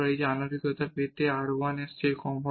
এই আনুমানিকতা R 1 এর কম হবে